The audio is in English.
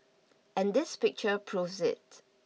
and this picture proves it